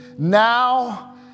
Now